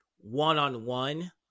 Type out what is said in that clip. one-on-one